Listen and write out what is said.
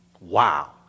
Wow